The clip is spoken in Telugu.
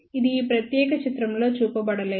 ఇది ఈ ప్రత్యేక చిత్రంలో చూపబడలేదు